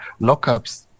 lockups